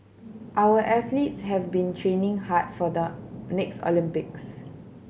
our athletes have been training hard for the next Olympics